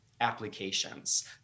applications